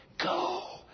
go